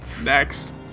Next